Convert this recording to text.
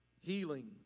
healing